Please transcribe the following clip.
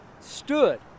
stood